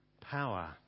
power